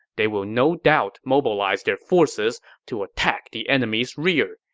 they will no doubt mobilize their forces to attack the enemy's rear.